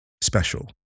special